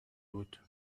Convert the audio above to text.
بود